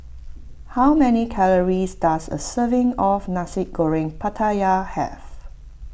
how many calories does a serving of Nasi Goreng Pattaya have